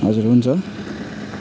हजुर हुन्छ